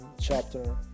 chapter